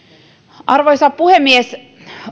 arvoisa puhemies